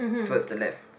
towards the left